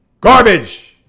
Garbage